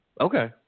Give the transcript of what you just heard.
Okay